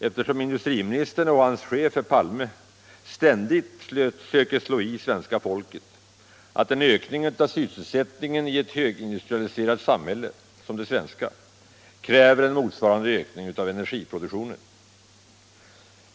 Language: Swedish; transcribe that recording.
eftersom industriministern och hans chef herr Palme ständigt söker slå i svenska folket att en ökning av sysselsättningen i ett högindustrialiserat samhälle som det svenska kräver en motsvarande ökning av energiproduktionen.